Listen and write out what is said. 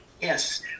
Yes